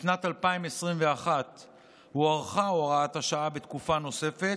בשנת 2021 הוארכה הוראת השעה בתקופה נוספת,